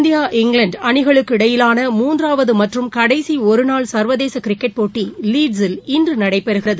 India இங்கிலாந்துஅணிகளுக்கிடையிலான மூன்றாவதுமற்றும் கடைசிஒருநாள் சர்வதேசகிரிக்கெட் போட்டிலீட்ஸில் இன்றுநடைபெறுகிறது